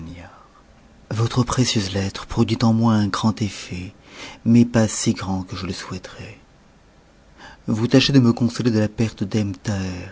votre précieuse lettre produit en moi un grand effet mais pas si grand que je le souhaiterais vous tâchez de me consoler de la perte d'ebn